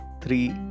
three